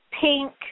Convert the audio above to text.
pink